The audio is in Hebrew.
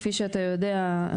כפי שאתה יודע,